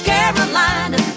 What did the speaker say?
Carolina